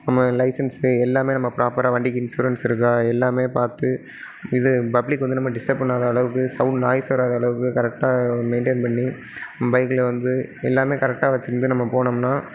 நம்ம லைசென்ஸு எல்லாமே நம்ம ப்ராப்பராக வண்டிக்கு இன்சூரன்ஸ் இருக்கா எல்லாமே பார்த்து இது பப்ளிக்கை வந்து நம்ம டிஸ்டப் பண்ணாத அளவுக்கு சவுண்ட் நாய்ஸ் வராத அளவுக்கு கரெக்டாக மெயின்டைன் பண்ணி பைக்கில் வந்து எல்லாமே கரெக்டாக வச்சுருந்து நம்ம போனோம்னால்